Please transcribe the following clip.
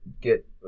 Get